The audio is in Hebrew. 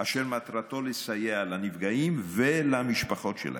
אשר מטרתו לסייע לנפגעים ולמשפחות שלהם.